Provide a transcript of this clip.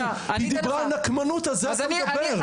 היא דיברה על נקמנות ועל זה אתה מדבר.